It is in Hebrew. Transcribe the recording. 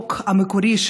בחוק המקורי,